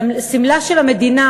סמלה של המדינה,